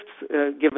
given